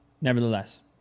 nevertheless